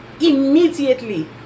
Immediately